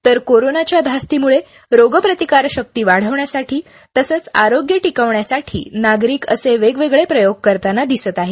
तर कोरोनाच्या धास्तीमुळे रोगप्रतिकारशकी वाढवण्यासाठी तसंच आरोग्य टिकवण्यासाठी नागरिक असे वेगवेगळे प्रयोग करताना दिसत आहेत